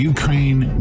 Ukraine